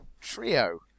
trio